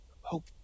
hope